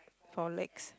four legs